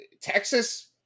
Texas